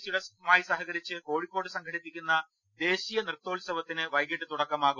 C യുമായി സഹക രിച്ച് കോഴിക്കോട്ട് സംഘടിപ്പിക്കുന്ന ദേശീയ നൃത്തോത്സവത്തിന് വൈകിട്ട് തുടക്കമാവും